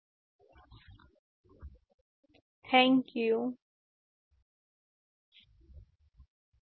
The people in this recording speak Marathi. धन्यवाद